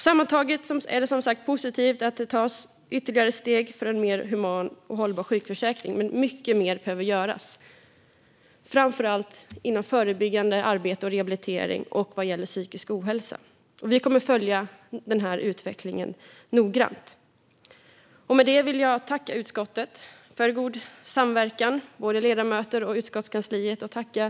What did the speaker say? Sammantaget är det som sagt positivt att det tas ytterligare steg för en mer human och hållbar sjukförsäkring, men mycket mer behöver göras - framför allt inom förebyggande arbete och rehabilitering och vad gäller psykisk ohälsa. Vi kommer att följa utvecklingen noggrant. Med det vill jag tacka utskottet, både ledamöter och utskottskansliet, för god samverkan.